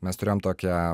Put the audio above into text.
mes turėjom tokią